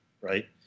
right